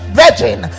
virgin